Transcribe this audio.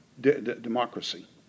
democracy